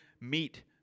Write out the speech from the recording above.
meet